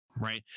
right